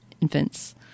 infants